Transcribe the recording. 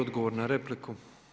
Odgovor na repliku.